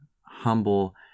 humble